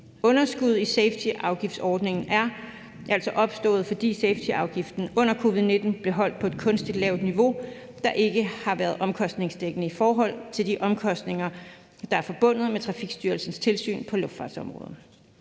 Underskuddet i safetyafgiftsordningen er altså opstået, fordi safetyafgiften under covid-19 blev holdt på et kunstigt lavt niveau, der ikke har været omkostningsdækkende i forhold til de omkostninger, der er forbundet med Trafikstyrelsens tilsyn på luftfartsområdet.